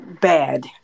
Bad